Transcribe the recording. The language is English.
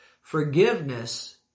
Forgiveness